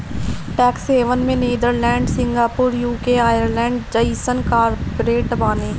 tax haven में Netherlands, Singapore, UK, Ireland जइसन corporate बाने